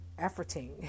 efforting